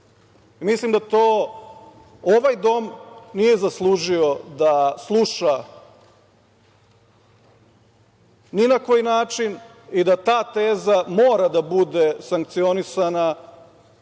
Mislim da to ovaj dom nije zaslužio da sluša ni na koji način i da ta teza mora da bude sankcionisana